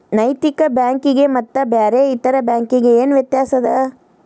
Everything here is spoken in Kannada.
ನೈತಿಕ ಬ್ಯಾಂಕಿಗೆ ಮತ್ತ ಬ್ಯಾರೆ ಇತರೆ ಬ್ಯಾಂಕಿಗೆ ಏನ್ ವ್ಯತ್ಯಾಸದ?